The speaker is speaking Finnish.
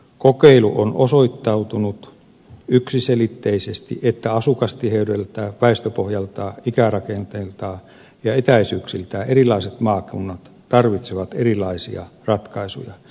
kokeilu on osoittanut yksiselitteisesti että asukastiheydeltään väestöpohjaltaan ikärakenteeltaan ja etäisyyksiltään erilaiset maakunnat tarvitsevat erilaisia ratkaisuja